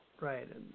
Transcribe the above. Right